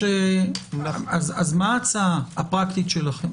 אז מה ההצעה הפרקטית שלכם?